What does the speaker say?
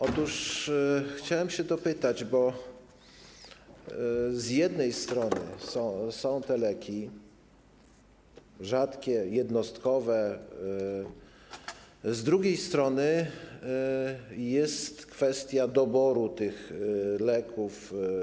Otóż chciałem dopytać, bo z jednej strony są te leki - rzadkie, jednostkowe - z drugiej strony jest kwestia doboru tych leków.